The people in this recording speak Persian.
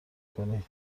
کنی